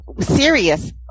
serious